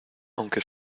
aunque